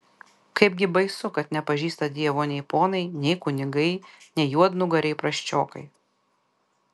kaipgi baisu kad nepažįsta dievo nei ponai nei kunigai nei juodnugariai prasčiokai